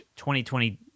2020